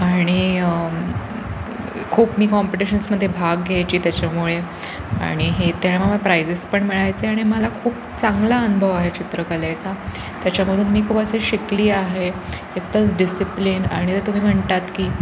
आणि खूप मी कॉम्पिटिशन्समध्ये भाग घ्यायची त्याच्यामुळे आणि हे त्या मला प्राइजेस पण मिळायचे आणि मला खूप चांगला अनुभव आहे चित्रकलेचा त्याच्यामधून मी खूप असे शिकली आहे एकतंच डिसिप्लिन आणि तुम्ही म्हणतात की